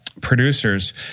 producers